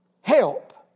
help